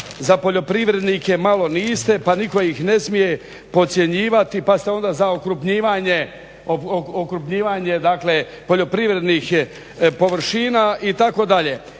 za poljoprivrednike, malo niste pa nitko ih ne smije podcjenjivati pa ste onda za okrupnjivanje poljoprivrednih površina itd.